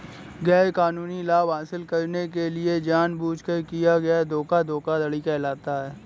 गैरकानूनी लाभ हासिल करने के लिए जानबूझकर किया गया धोखा धोखाधड़ी कहलाता है